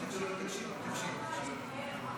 להלן תוצאות ההצבעה: 54 בעד, אין מתנגדים.